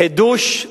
חידוש,